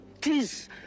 Tis